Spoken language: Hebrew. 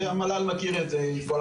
המל"ל מכיר את זה, עם כל הכבוד.